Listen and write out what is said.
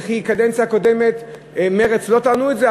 וכי בקדנציה הקודמת מרצ לא טענו את זה?